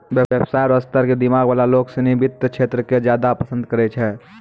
व्यवसाय र स्तर क दिमाग वाला लोग सिनी वित्त क्षेत्र क ज्यादा पसंद करै छै